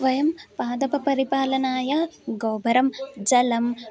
वयं पादपपरिपालनाय गोबरं जलं